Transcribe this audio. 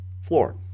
floor